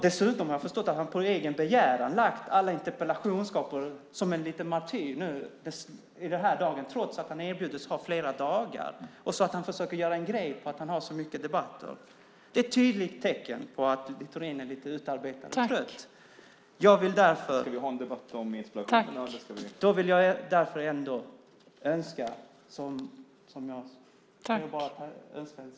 Dessutom har jag förstått att han på egen begäran, som en liten martyr, har lagt alla interpellationsdebatter denna dag, trots att han erbjudits flera dagar. Han försöker göra en grej av att han har så många debatter. Det är ett tydligt tecken på att Littorin är lite utarbetad och trött. Jag vill därför önska honom en trevlig sommar.